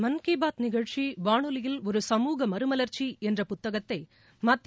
மன் கி பாத் நிகழ்ச்சி வானொலியில் ஒரு சமூக மறுமவர்ச்சி என்ற புத்தகத்தை மத்திய